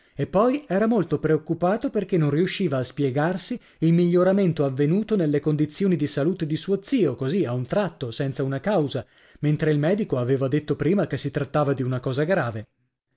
e poi era molto preoccupato perché non riusciva a spiegarsi il miglioramento avvenuto nelle condizioni di salute di suo zio così a un tratto senza una causa mentre il medico aveva detto prima che si trattava di una cosa grave